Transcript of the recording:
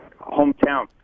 Hometown